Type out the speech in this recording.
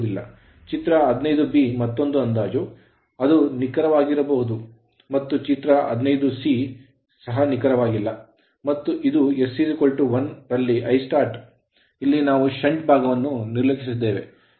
ಚಿತ್ರ 15 ಮತ್ತೊಂದು ಅಂದಾಜು ಅದು ನಿಖರವಾಗಿರದಿರಬಹುದು ಮತ್ತು ಚಿತ್ರ 15ಸc ಸಹ ನಿಖರವಾಗಿಲ್ಲ ಮತ್ತು ಇದು s 1 ರಲ್ಲಿ Istart ಇಲ್ಲಿ ನಾವು shunt ಷಂಟ್ ಭಾಗವನ್ನು ನಿರ್ಲಕ್ಷಿಸಿದ್ದೇವೆ